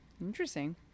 Interesting